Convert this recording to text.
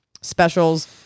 specials